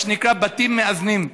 מה שנקרא בתים מאזנים.